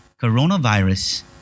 Coronavirus